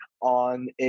on